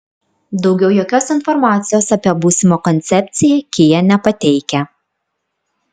daugiau jokios informacijos apie būsimą koncepciją kia nepateikia